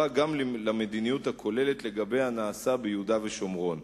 גם למדיניות הכוללת לגבי הנעשה ביהודה ושומרון.